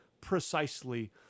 precisely